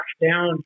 down